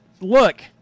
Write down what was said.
Look